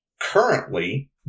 currently